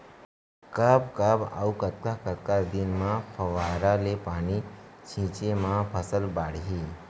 कब कब अऊ कतका कतका दिन म फव्वारा ले पानी छिंचे म फसल बाड़ही?